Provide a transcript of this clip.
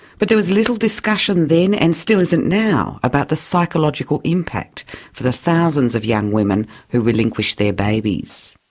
but there was little discussion then and still isn't now about the psychological impact for the thousands of young women who relinquished their babies.